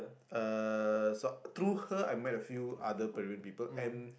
uh so through her I met a few other Peruan people and